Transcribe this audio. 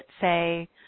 say